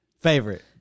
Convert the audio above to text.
Favorite